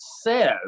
says